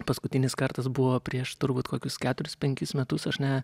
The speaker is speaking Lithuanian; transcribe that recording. paskutinis kartas buvo prieš turbūt kokius keturis penkis metus aš ne